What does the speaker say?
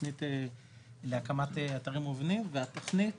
תוכנית להקמת אתרים מובנים והתוכנית